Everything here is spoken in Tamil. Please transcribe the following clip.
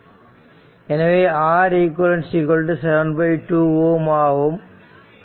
எனவே R eq 72 Ω ஆகும்